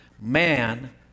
man